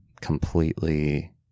completely